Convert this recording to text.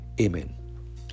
amen